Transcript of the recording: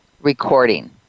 recording